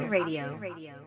Radio